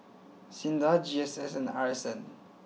Sinda G S S and R S N